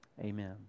amen